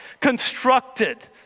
constructed